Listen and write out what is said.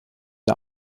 der